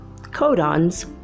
codons